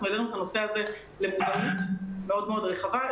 העלינו את הנושא הזה למודעות רחבה מאוד.